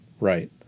right